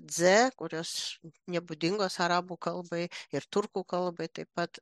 dze kurios nebūdingos arabų kalbai ir turkų kalbai taip pat